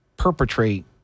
perpetrate